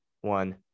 one